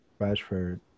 Rashford